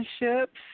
relationships